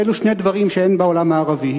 כי אלו שני דברים שאין בעולם הערבי.